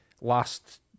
last